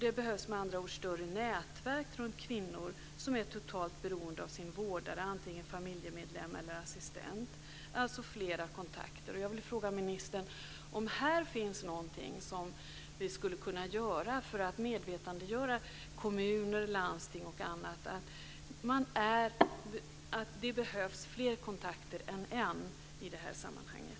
Det behövs med andra ord större nätverk runt kvinnor som är totalt beroende av sin vårdare, antingen familjemedlem eller assistent - alltså flera kontakter. Jag vill fråga ministern om det här finns någonting som vi skulle kunna göra för att medvetandegöra kommuner, landsting och andra om att det behövs fler kontakter än en i det här sammanhanget.